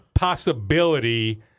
Possibility